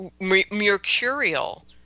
mercurial